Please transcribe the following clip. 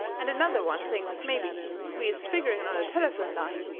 and another one thinks mebby we is figgering on a telephone line.